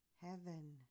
heaven